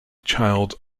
child